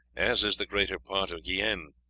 as is the greater part of guienne.